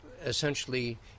essentially